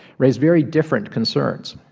raise very different concerns.